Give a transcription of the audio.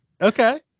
okay